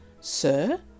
Sir